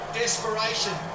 desperation